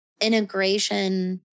integration